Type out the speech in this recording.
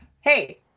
Hey